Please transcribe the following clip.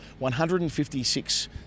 156